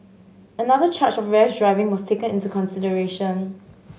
another charge of rash driving was taken into consideration